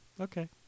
Okay